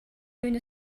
during